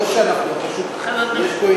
פשוט יש פה,